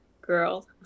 girl